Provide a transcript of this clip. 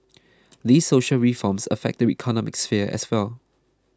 these social reforms affect the economic sphere as well